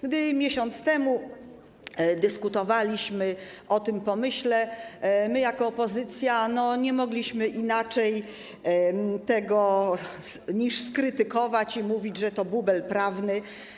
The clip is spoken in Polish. Gdy miesiąc temu dyskutowaliśmy o tym pomyśle, my jako opozycja nie mogliśmy inaczej do tego podejść, niż skrytykować i mówić, że to bubel prawny.